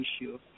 issue